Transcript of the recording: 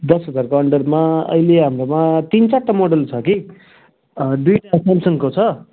दस हजारको अन्डरमा अहिले हाम्रोमा तिन चारवटा मोडल छ कि दुईवटा स्यामसङको छ